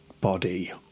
body